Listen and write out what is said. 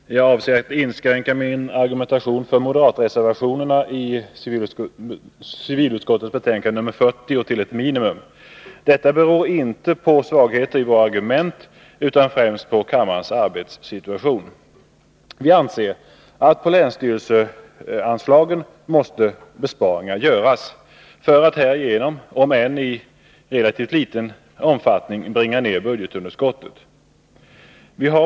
Herr talman! Jag avser att inskränka min argumentation för moderatreservationerna i civilutskottets betänkande 40 till ett minimum. Detta beror inte på svagheter i våra argument, utan främst på kammarens arbetssituation. Vi anser att besparingar måste göras på länsstyrelseanslagen för att härigenom — om än i relativt liten omfattning — bringa ned budgetunderskottet.